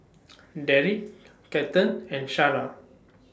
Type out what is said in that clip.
Darrick Kathern and Shara